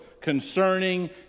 concerning